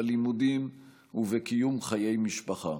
בלימודים ובקיום חיי המשפחה.